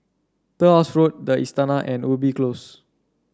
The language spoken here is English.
Turnhouse Road the Istana and Ubi Close